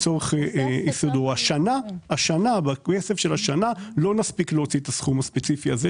בכסף של השנה לא נספיק להוציא את הסכום הספציפי הזה,